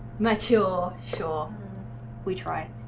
module shall we try